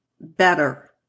better